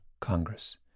Congress